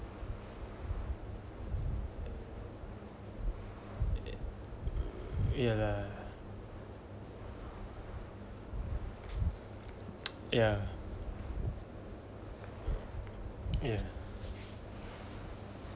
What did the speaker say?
yeah ya ya